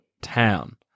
town